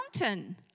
mountain